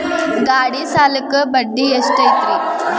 ಗಾಡಿ ಸಾಲಕ್ಕ ಬಡ್ಡಿ ಎಷ್ಟೈತ್ರಿ?